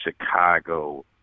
Chicago